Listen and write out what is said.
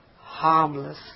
harmless